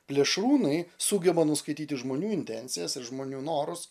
plėšrūnai sugeba nuskaityti žmonių intencijas ir žmonių norus